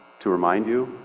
to remind you,